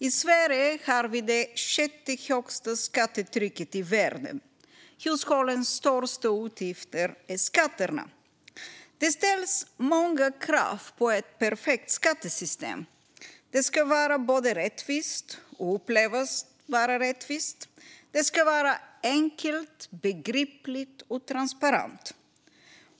I Sverige har vi det sjätte högsta skattetrycket i världen. Hushållens största utgift är skatterna. Det ställs många krav på ett perfekt skattesystem. Det ska både vara och upplevas vara rättvist. Det ska vara enkelt, begripligt och transparent.